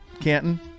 Canton